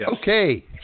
Okay